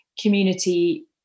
community